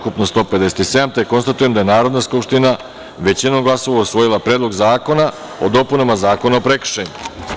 Konstatujem da je Narodna skupština većinom glasova usvojila Predlog zakona o dopunama Zakona o prekršajima.